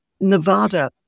Nevada